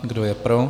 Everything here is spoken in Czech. Kdo je pro?